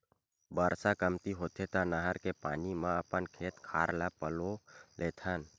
बरसा कमती होथे त नहर के पानी म अपन खेत खार ल पलो लेथन